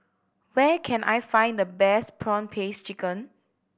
where can I find the best prawn paste chicken